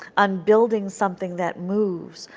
um building something that moves,